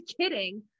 kidding